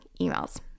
emails